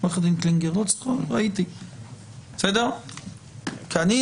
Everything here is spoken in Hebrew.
כי אני,